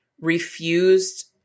refused